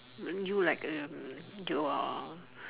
then you like um you're